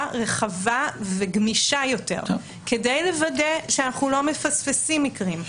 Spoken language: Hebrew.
רחבה וגמישה יותר כדי לוודא שאנחנו לא מפספסים מקרים.